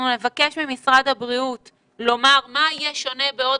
נבקש ממשרד הבריאות לומר מה יהיה שונה בעוד